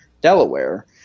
delaware